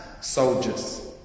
soldiers